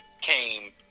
came